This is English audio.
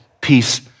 peace